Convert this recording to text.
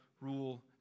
rule